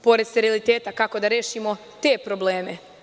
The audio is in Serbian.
Pored steriliteta, kako da rešimo te probleme?